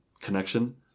connection